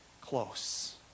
close